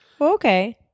Okay